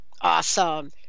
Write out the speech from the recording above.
Awesome